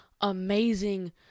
amazing